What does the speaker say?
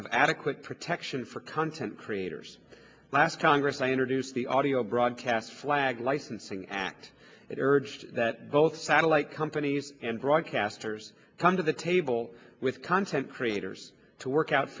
of adequate protection for content creators last congress i introduced the audio broadcast flag licensing act it urged that both satellite companies and broadcasters come to the table with content creators to work out